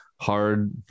hard